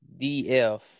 DF